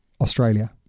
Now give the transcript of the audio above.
Australia